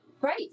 great